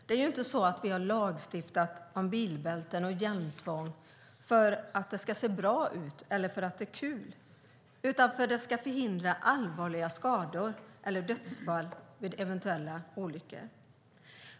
Vi har inte lagstiftat om bilbälten och hjälmtvång för att det ska se bra ut eller för att det är kul utan för att det ska förhindra allvarliga skador eller dödsfall vid eventuella olyckor.